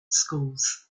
schools